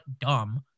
dumb